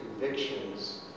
convictions